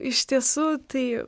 iš tiesų tai